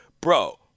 bro